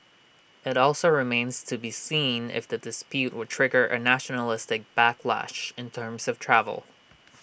IT also remains to be seen if the dispute would trigger A nationalistic backlash in terms of travel